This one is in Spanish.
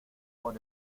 por